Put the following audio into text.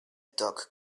doug